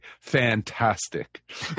fantastic